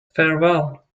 farewell